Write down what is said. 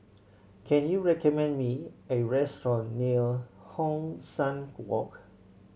can you recommend me a restaurant near Hong San Walk